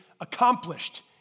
accomplished